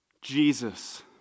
Jesus